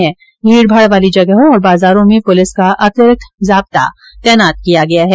इसके चलते भीड भाड वाली जगहों और बाजारों में पूलिस का अतिरिक्त जाब्ता तैनात किया गया है